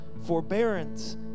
forbearance